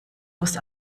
aus